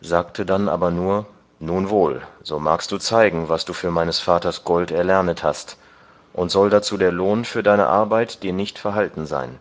sagte dann aber nur nun wohl so magst du zeigen was du für meines vaters gold erlernet hast und soll dazu der lohn für deine arbeit dir nicht verhalten sein